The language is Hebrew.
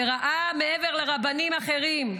שראה, מעבר לרבנים אחרים,